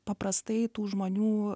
paprastai tų žmonių